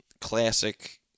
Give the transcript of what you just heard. classic